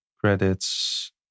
credits